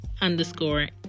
underscore